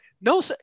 No